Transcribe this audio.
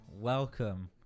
welcome